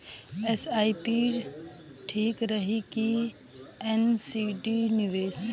SIP ठीक रही कि एन.सी.डी निवेश?